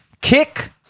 Kick